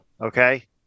Okay